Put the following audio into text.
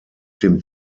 dem